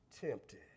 tempted